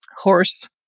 horse